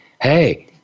Hey